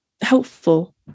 helpful